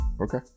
Okay